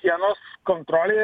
sienos kontrolė